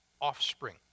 offspring